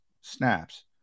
snaps